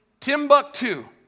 Timbuktu